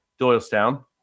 Doylestown